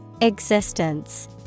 Existence